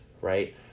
right